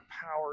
power